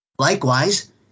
Likewise